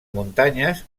muntanyes